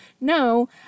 No